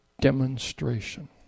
demonstration